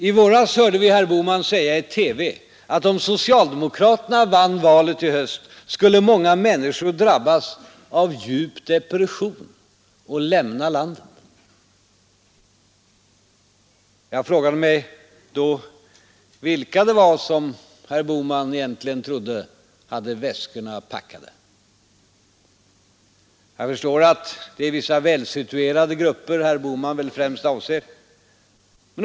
I våras hörde vi herr Bohman säga i TV att om socialdemokraterna vann valet i höst skulle många människor drabbas av djup depression och lämna landet." Jag frågade mig då vilka det var som herr Bohman egentligen trodde hade väskorna packade. Jag förstår att det är vissa välsituerade grupper herr Bohman främst avser.